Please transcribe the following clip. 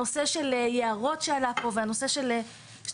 הנושא של יערות שעלה פה וכן הנושא של שטחים